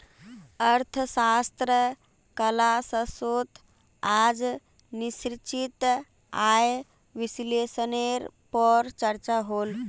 अर्थशाश्त्र क्लास्सोत आज निश्चित आय विस्लेसनेर पोर चर्चा होल